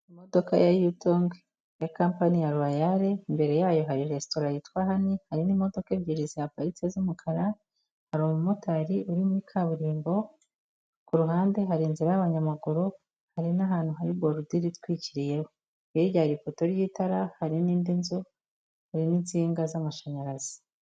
Imodoka ya yutongo ya kampaniy ya luwayale imbere yayo hari resitorat yitwa hani hari n' imodokadoka ebyiri ziparitse z'umukara, hari umumotari uririmkuri kaburimbo kuhande hari inzira y'abanyamaguru hari n'ahantu hari buludire itwikiriyeho. Hirya hari ipoto y'itara hari n'indi nzu hari n'insinga z'amashanyarazi.